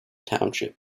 township